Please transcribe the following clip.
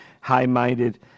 high-minded